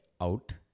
out